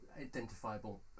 identifiable